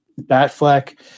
Batfleck